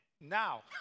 now